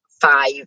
Five